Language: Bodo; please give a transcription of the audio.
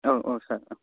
औ औ सार